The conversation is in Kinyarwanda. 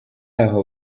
aho